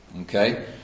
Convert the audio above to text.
Okay